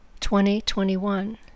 2021